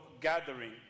gathering